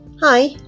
hi